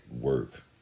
Work